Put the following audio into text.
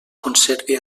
conserve